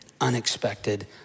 unexpected